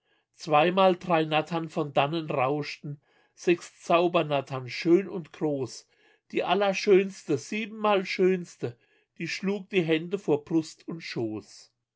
zweimal drei nattern von dannen rauschten sechs zaubernattern schön und groß die allerschönste siebenmal schönste die schlug die hände vor brust und schoß